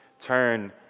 turn